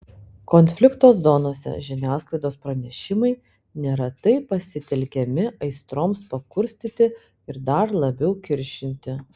konflikto zonose žiniasklaidos pranešimai neretai pasitelkiami aistroms pakurstyti ir dar labiau kiršinti